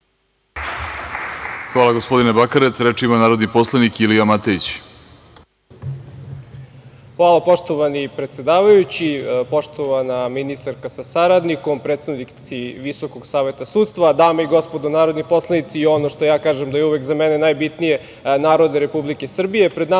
Hvala, gospodine Bakarec. Reč ima narodni poslanik Ilija Matejić. **Ilija Matejić** Hvala, poštovani predsedavajući. Poštovana ministarka sa saradnikom, predstavnici Visokog saveta sudstva, dame i gospodo narodni poslanici, i ono što ja kažem da je uvek za mene najbitnije - narode Republike Srbije,